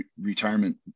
retirement